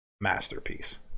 masterpiece